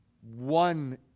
one